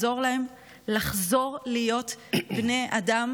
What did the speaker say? אנחנו צריכים לעזור להם לחזור להיות בני אדם